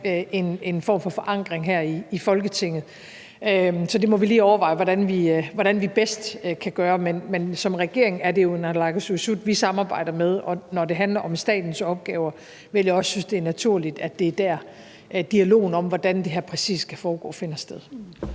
en form for forankring her i Folketinget, så det må vi lige overveje hvordan vi bedst kan gøre. Men som regering er det jo naalakkersuisut, vi samarbejder med. Og når det handler om statens opgaver, vil jeg også synes, det er naturligt, at det er der, dialogen om, hvordan det her præcis skal foregå, finder sted.